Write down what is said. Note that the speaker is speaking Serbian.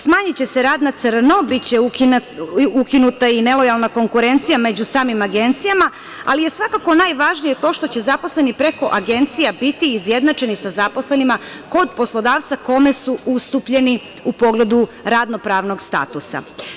Smanjiće se rad na crno, biće ukinuta i nelojalna konkurencija među samim agencijama, ali je svakako najvažnije to što će zaposleni preko agencija biti izjednačeni sa zaposlenima kod poslodavca kome su ustupljeni u pogledu radno-pravnog statusa.